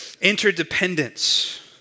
interdependence